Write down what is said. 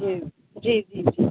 जी जी